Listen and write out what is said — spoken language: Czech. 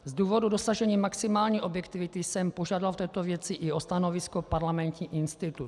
Z důvodu dosažení maximální objektivity jsem požádal v této věci i o stanovisko Parlamentní institut.